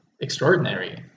extraordinary